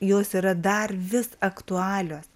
jos yra dar vis aktualios